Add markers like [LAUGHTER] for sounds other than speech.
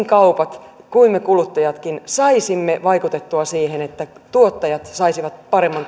[UNINTELLIGIBLE] kaupat ja me kuluttajatkin saisimme vaikutettua siihen että tuottajat saisivat paremman [UNINTELLIGIBLE]